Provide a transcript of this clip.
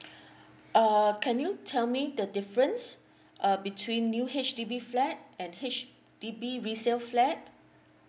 err can you tell me the difference uh between new H_D_B flat and H_D_B resale flat